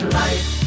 life